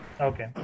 Okay